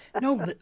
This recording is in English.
No